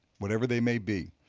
whatever they may be,